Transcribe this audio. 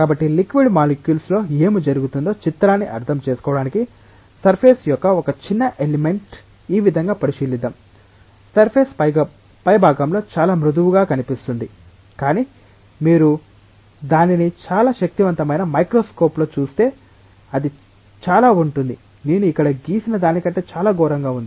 కాబట్టి liquid molecules లో ఏమి జరుగుతుందో చిత్రాన్ని అర్థం చేసుకోవడానికి సర్ఫేస్ యొక్క ఒక చిన్న ఎలిమెంట్ ఈ విధంగా పరిశీలిద్దాం సర్ఫేస్ పైభాగంలో చాలా మృదువుగా కనిపిస్తుంది కానీ మీరు దానిని చాలా శక్తివంతమైన మైక్రోస్కోప్లో చూస్తే అది చాలా ఉంటుంది నేను ఇక్కడ గీసిన దానికంటే చాలా ఘోరంగా ఉంది